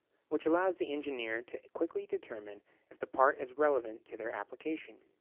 which allows the engineer to quickly determine if the part is relevant to their application.